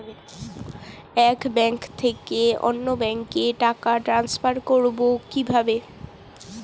এক ব্যাংক থেকে অন্য ব্যাংকে টাকা ট্রান্সফার করবো কিভাবে?